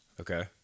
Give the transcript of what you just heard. Okay